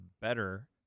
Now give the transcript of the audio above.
better